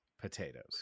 potatoes